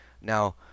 Now